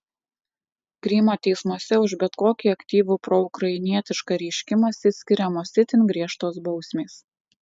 krymo teismuose už bet kokį aktyvų proukrainietišką reiškimąsi skiriamos itin griežtos bausmės